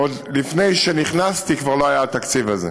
עוד לפני שנכנסתי כבר לא היה התקציב הזה.